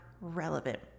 relevant